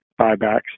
buybacks